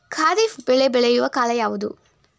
ಖಾರಿಫ್ ಬೆಳೆ ಬೆಳೆಯುವ ಕಾಲ ಯಾವುದು?